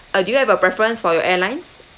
uh do you have a preference for your airlines